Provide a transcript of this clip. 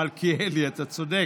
מלכיאלי, אתה צודק,